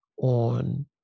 on